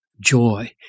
joy